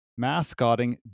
mascotting